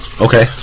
Okay